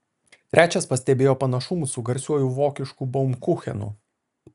trečias pastebėjo panašumų su garsiuoju vokišku baumkuchenu